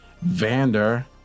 Vander